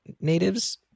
natives